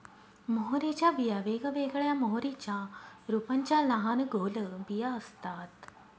मोहरीच्या बिया वेगवेगळ्या मोहरीच्या रोपांच्या लहान गोल बिया असतात